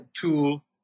tool